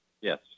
Yes